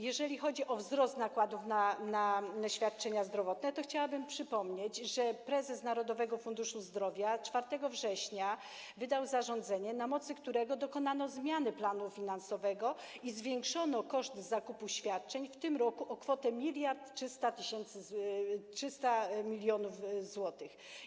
Jeżeli chodzi o wzrost nakładów na świadczenia zdrowotne, to chciałabym przypomnieć, że prezes Narodowego Funduszu Zdrowia 4 września wydał zarządzenie, na mocy którego dokonano zmiany planu finansowego i zwiększono koszt zakupu świadczeń w tym roku o kwotę 1300 mln zł.